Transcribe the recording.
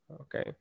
okay